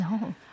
No